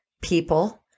people